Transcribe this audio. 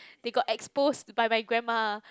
they got exposed by my grandma